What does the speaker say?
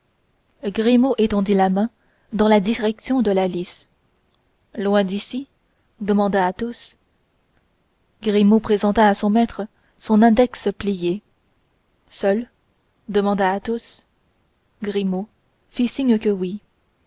étendit la main dans la direction de la lys loin d'ici demanda athos grimaud présenta à son maître son index plié seule demanda athos grimaud fit signe que oui